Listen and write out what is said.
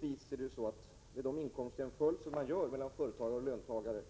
Vid inkomstjämförelser mellan företagare och löntagare